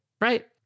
right